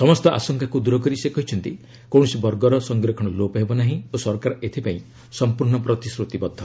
ସମସ୍ତ ଆଶଙ୍କାକୁ ଦୂର କରି ସେ କହିଛନ୍ତି କୌଣସି ବର୍ଗର ସଂରକ୍ଷଣ ଲୋପ ହେବ ନାହିଁ ଓ ସରକାର ଏଥିପାଇଁ ସମ୍ପର୍ଷ୍ଣ ପ୍ରତିଶ୍ରତିବଦ୍ଧ